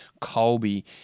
Colby